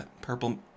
purple